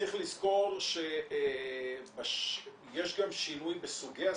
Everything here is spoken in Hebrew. צריך לזכור שיש גם שינוי בסוגי הסמים,